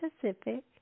Pacific